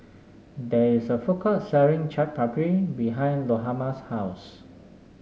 there is a food court selling Chaat Papri behind Lahoma's house